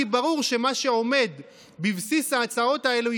כי ברור שמה שעומד בבסיס ההצעות האלו הוא